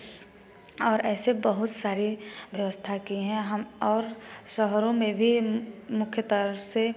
और ऐसे बहुत सारे व्यवस्था की हैं हम और शहरों में भी मुख्यतः से